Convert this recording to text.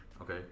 Okay